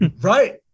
Right